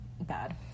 Bad